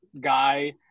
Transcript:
guy